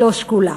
לא שקולה.